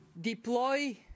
deploy